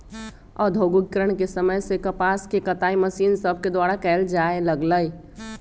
औद्योगिकरण के समय से कपास के कताई मशीन सभके द्वारा कयल जाय लगलई